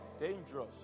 dangerous